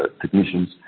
technicians